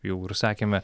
jau ir sakėme